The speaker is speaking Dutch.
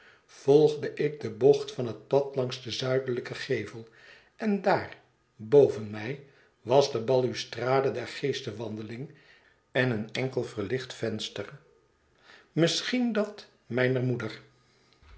volgde ik de bocht van het pad langs den zuidelijken gevel en daar boven mij was de balustrade der geestenwandeling en een enkel verlicht venster misschien dat mijner moeder